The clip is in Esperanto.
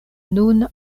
nun